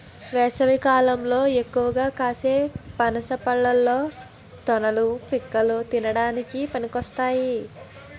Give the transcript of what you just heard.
వేసవికాలంలో ఎక్కువగా కాసే పనస పళ్ళలో తొనలు, పిక్కలు తినడానికి పనికొస్తాయి